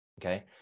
okay